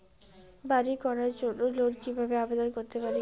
বাড়ি করার জন্য লোন কিভাবে আবেদন করতে পারি?